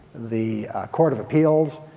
the court of appeals,